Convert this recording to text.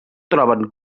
troben